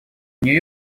нью